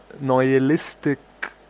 nihilistic